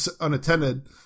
unattended